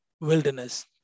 wilderness